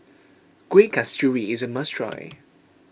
Kueh Kasturi is a must try